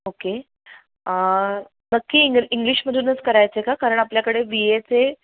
okay नक्की इंग इंग्लिशमधूनच करायचं आहे का कारण आपल्याकडे बी एचे